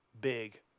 big